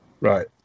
right